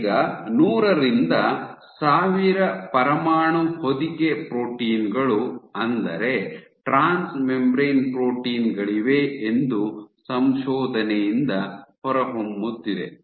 ಈಗ ನೂರರಿಂದ ಸಾವಿರ ಪರಮಾಣು ಹೊದಿಕೆ ಪ್ರೋಟೀನ್ಗಳು ಅಂದರೆ ಟ್ರಾನ್ಸ್ ಮೆಂಬರೇನ್ ಪ್ರೋಟೀನ್ ಗಳಿವೆ ಎಂದು ಸಂಶೋಧನೆಯಿಂದ ಹೊರಹೊಮ್ಮುತ್ತಿದೆ